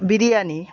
biryani